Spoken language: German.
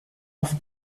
auf